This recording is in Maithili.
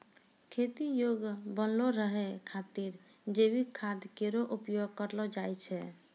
खेती योग्य बनलो रहै खातिर जैविक खाद केरो उपयोग करलो जाय छै